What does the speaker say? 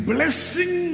Blessing